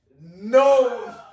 no